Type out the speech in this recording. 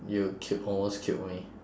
you killed almost killed me